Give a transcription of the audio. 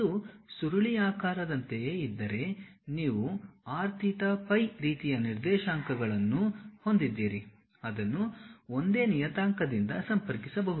ಇದು ಸುರುಳಿಯಾಕಾರದಂತೆಯೇ ಇದ್ದರೆ ನೀವು r theta phi ರೀತಿಯ ನಿರ್ದೇಶಾಂಕಗಳನ್ನು ಹೊಂದಿದ್ದೀರಿ ಅದನ್ನು ಒಂದೇ ನಿಯತಾಂಕದಿಂದ ಸಂಪರ್ಕಿಸಬಹುದು